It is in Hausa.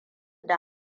da